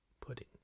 Pudding